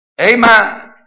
Amen